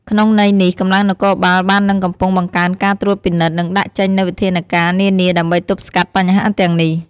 ក្នុងន័យនេះ កម្លាំងនគរបាលបាននិងកំពុងបង្កើនការត្រួតពិនិត្យ និងដាក់ចេញនូវវិធានការនានាដើម្បីទប់ស្កាត់បញ្ហាទាំងនេះ។